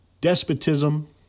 despotism